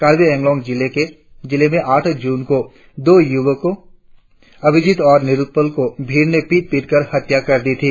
कार्बी आंगलॉन्ग जिले में आठ जून को दो युवकों अभिजीत और निलोतपाल को भीड़ ने पीट पीट कर हत्या कर दी थी